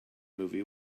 movie